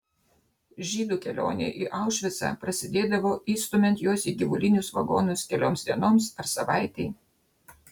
žydų kelionė į aušvicą prasidėdavo įstumiant juos į gyvulinius vagonus kelioms dienoms ar savaitei